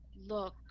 look